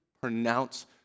pronounce